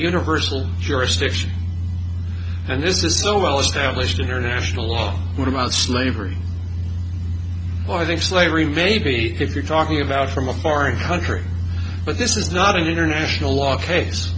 universal jurisdiction and this is a well established international law what about slavery or i think slavery maybe if you're talking about from a foreign country but this is not an international law case